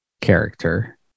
character